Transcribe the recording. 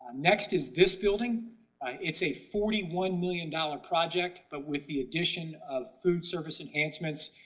next is this building it's a forty one million dollar project, but with the addition of food service advancements,